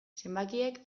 zenbakiek